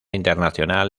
internacional